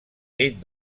nit